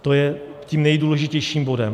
To je tím nejdůležitějším bodem.